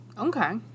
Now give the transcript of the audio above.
Okay